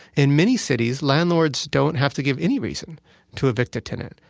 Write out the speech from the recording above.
in many cities, landlords don't have to give any reason to evict a tenant.